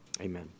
amen